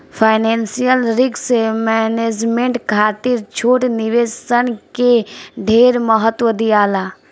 financial risk management खातिर छोट निवेश सन के ढेर महत्व दियाला